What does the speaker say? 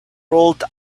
rolled